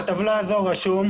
בטבלה הזו כתוב,